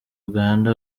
uganda